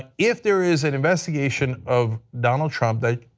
if there is an investigation of donald trump that